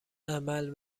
عمل